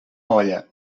olla